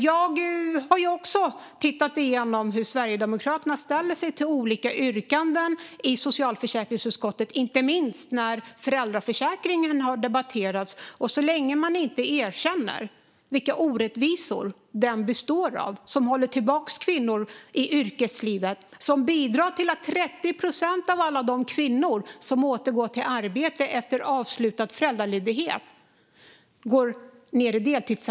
Jag har tittat på hur Sverigedemokraterna ställt sig till olika yrkanden i socialförsäkringsutskottet, inte minst när föräldraförsäkringen har debatterats. Man måste erkänna de orättvisor i föräldraförsäkringen som håller tillbaka kvinnor i yrkeslivet och bidrar till att 30 procent av alla kvinnor som återgår till arbete efter föräldraledighet går ned till deltid.